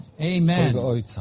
Amen